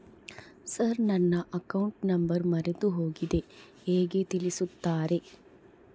Sir ನನ್ನ account number ಮರೆತುಹೋಗಿದೆ ಹೇಗೆ ತಿಳಿಸುತ್ತಾರೆ?